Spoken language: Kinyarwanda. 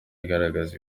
igaragaza